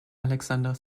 alexander